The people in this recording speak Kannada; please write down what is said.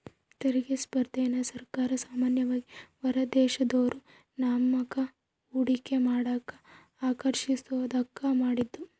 ತೆರಿಗೆ ಸ್ಪರ್ಧೆನ ಸರ್ಕಾರ ಸಾಮಾನ್ಯವಾಗಿ ಹೊರದೇಶದೋರು ನಮ್ತಾಕ ಹೂಡಿಕೆ ಮಾಡಕ ಆಕರ್ಷಿಸೋದ್ಕ ಮಾಡಿದ್ದು